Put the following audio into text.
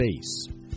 space